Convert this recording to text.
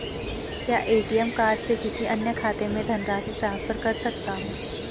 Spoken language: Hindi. क्या ए.टी.एम कार्ड से किसी अन्य खाते में धनराशि ट्रांसफर कर सकता हूँ?